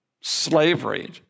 Slavery